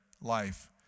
life